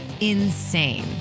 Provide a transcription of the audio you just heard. insane